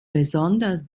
besonders